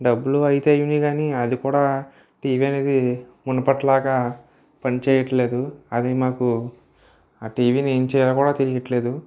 డబ్బులు అయితే అయ్యాయి కానీ అది కూడా టీవీ అనేది మునుపటి లాగా పనిచేయట్లేదు అది మాకు ఆ టీవీని ఏం చేయాలో కూడా తెలియట్లేదు